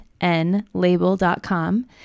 nlabel.com